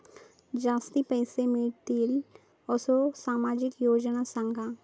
जास्ती पैशे मिळतील असो सामाजिक योजना सांगा?